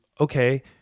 okay